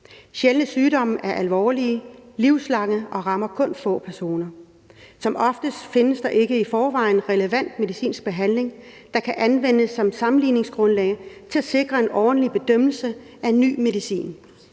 Sjældne sygdomme er alvorlige og livslange og rammer kun få personer. Som oftest findes der ikke i forvejen relevant medicinsk behandling, der kan anvendes som sammenligningsgrundlag til at sikre en ordentlig bedømmelse af ny medicin.